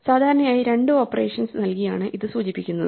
സാധാരണയായി രണ്ട് ഓപ്പറേഷൻസ് നൽകിയാണ് ഇത് സൂചിപ്പിക്കുന്നത്